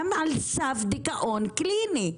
שהם על סף דיכאון קליני.